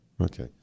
Okay